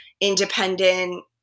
independent